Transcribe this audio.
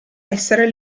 essere